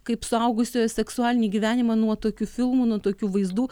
kaip suaugusiojo seksualinį gyvenimą nuo tokių filmų nuo tokių vaizdų